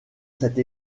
cette